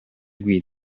guida